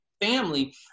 family